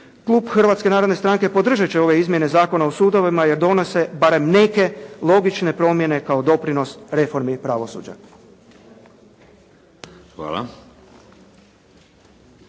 Klub Hrvatske narodne stranke podržat će ove izmjene Zakona o sudovima jer donose barem neke logične promjene kao doprinos reformi pravosuđa.